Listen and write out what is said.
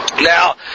Now